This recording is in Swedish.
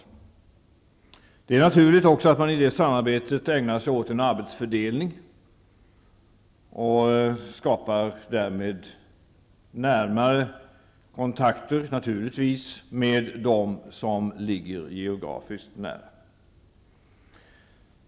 I det samarbetet är det också naturligt att man ägnar sig åt en arbetsfördelning och därmed skapar närmare kontakter med dem som ligger geografiskt nära.